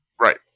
Right